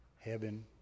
Heaven